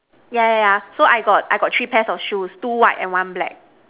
yeah yeah yeah so I got I got three pairs of shoes two white and one black